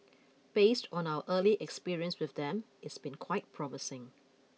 based on our early experience with them it's been quite promising